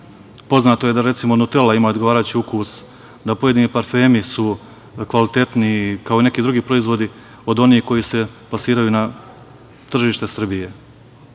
Poznato je da, recimo, „Nutela“ ima odgovarajući ukus, da su pojedini parfemi kvalitetniji, kao i neki drugi proizvodi od onih koji se plasiraju na tržište Srbije. Iako